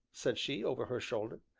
said she, over her shoulder.